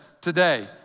today